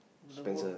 the work